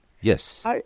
Yes